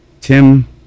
Tim